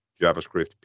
JavaScript